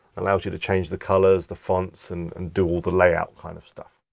allows you to change the colours, the fonts, and and do all the layout kind of stuff.